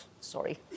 sorry